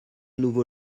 nouveau